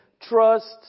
trust